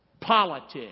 Politics